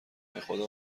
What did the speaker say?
بخدا